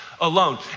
alone